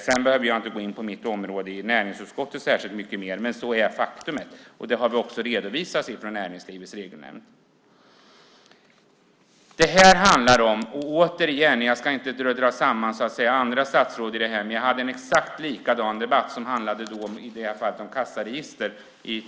Jag behöver inte gå in särskilt mycket mer på mitt område i näringsutskottet, men det är faktum. Det har också redovisats från Näringslivets regelnämnd. Jag ska inte dra in andra statsråd i detta, men jag hade en exakt likadan debatt i tisdags. Den handlade om kassaregister.